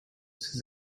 six